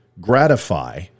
gratify